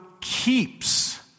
keeps